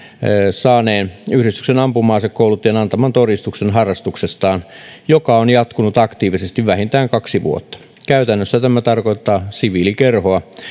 saaneen yhdistyksen ampuma asekouluttajan antaman todistuksen harrastuksestaan joka on jatkunut aktiivisesti vähintään kaksi vuotta käytännössä tämä tarkoittaa siviilikerhoa